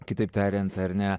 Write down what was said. kitaip tariant ar ne